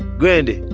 grandy,